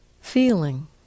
feeling